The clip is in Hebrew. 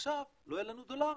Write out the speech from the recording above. עכשיו לא יהיו לנו דולרים,